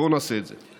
בואו נעשה את זה.